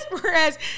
whereas